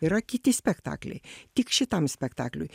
yra kiti spektakliai tik šitam spektakliui